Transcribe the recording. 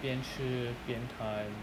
边吃边谈